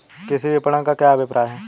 कृषि विपणन का क्या अभिप्राय है?